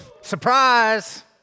Surprise